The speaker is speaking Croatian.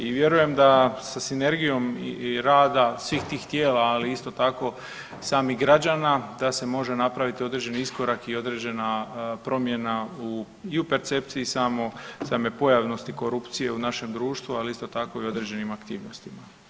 I vjerujem da sa sinergijom i rada svih tih tijela, ali isto tako samih građana da se može napraviti određeni iskorak i određena promjena u, i u percepciji same pojavnosti korupcije u našem društvu ali isto tako i u određenim aktivnostima.